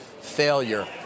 failure